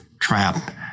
trap